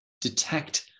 detect